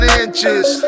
inches